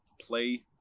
play